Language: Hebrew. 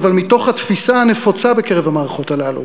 אבל מתוך התפיסה הנפוצה בקרב המערכות הללו,